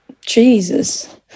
Jesus